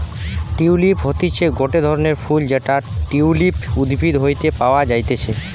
tulip হতিছে গটে ধরণের ফুল যেটা টিউলিপ উদ্ভিদ হইতে পাওয়া যাতিছে